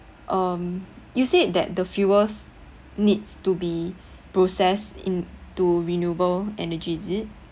um you said that the fuels needs to be processed into renewable energy is it